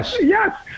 Yes